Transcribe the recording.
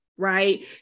right